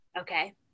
Okay